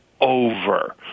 over